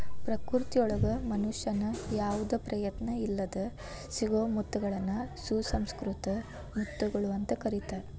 ಪ್ರಕೃತಿಯೊಳಗ ಮನುಷ್ಯನ ಯಾವದ ಪ್ರಯತ್ನ ಇಲ್ಲದ್ ಸಿಗೋ ಮುತ್ತಗಳನ್ನ ಸುಸಂಕೃತ ಮುತ್ತುಗಳು ಅಂತ ಕರೇತಾರ